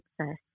success